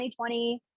2020